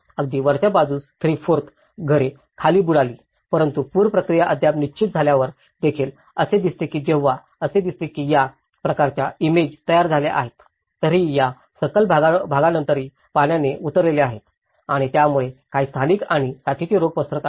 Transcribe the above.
अगदी वरच्या बाजूस 34th घरे खाली बुडली परंतु पूर प्रक्रिया अद्याप निश्चित झाल्यावर देखील असे दिसते की जेव्हा असे दिसते की या प्रकारच्या इमेज तयार झाल्या आहेत तरीही या सखल भागानंतरही पाण्याने उरलेले आहेत आणि यामुळेच काही स्थानिक आणि साथीचे रोग पसरत आहेत